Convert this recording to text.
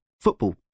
football